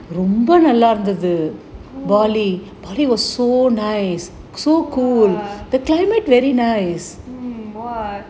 mm !wah! mm !wah!